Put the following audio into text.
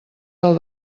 del